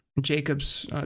Jacobs